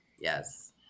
Yes